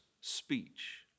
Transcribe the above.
speech